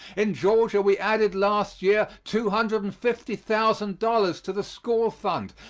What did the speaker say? in georgia we added last year two hundred and fifty thousand dollars to the school fund,